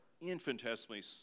infinitesimally